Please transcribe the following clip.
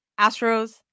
Astros